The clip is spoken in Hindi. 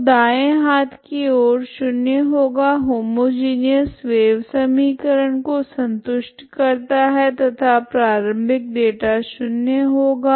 तो दायें हाथ की ओर शून्य होगा होमोजिनिऔस वेव समीकरण को संतुष्ट करता है तथा प्रारम्भिक डेटा शून्य होगा